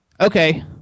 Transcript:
Okay